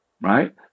right